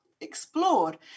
explored